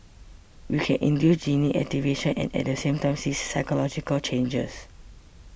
we can induce gene activation and at the same time see physiological changes